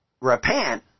repent